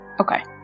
Okay